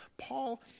Paul